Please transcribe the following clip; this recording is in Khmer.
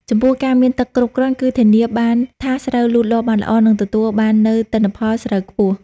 ចំពោះ ការមានទឹកគ្រប់គ្រាន់គឺ ធានាបានថាស្រូវលូតលាស់បានល្អ និងទទួលបាននូវទិន្នផលស្រូវខ្ពស់។